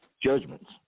Judgments